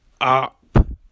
up